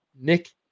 Nick